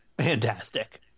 fantastic